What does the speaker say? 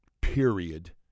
Period